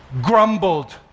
grumbled